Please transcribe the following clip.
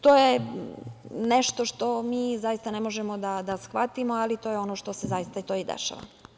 To je nešto što mi zaista ne možemo da shvatimo, ali to je ono što se zaista to i dešava.